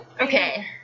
Okay